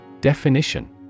Definition